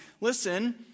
listen